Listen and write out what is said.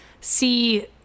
see